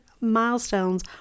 milestones